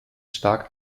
stark